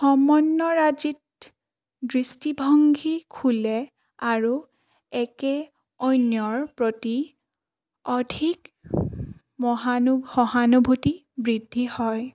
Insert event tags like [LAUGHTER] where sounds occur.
[UNINTELLIGIBLE] দৃষ্টিভংগী খোলে আৰু একে অন্যৰ প্ৰতি অধিক মহানু সহানুভূতি বৃদ্ধি হয়